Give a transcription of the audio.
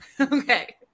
Okay